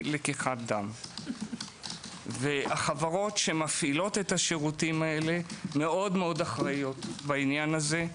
לקיחת דם והחברות שמפעילות את השירותים הללו מאוד אחראיות בעניין הזה,